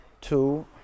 two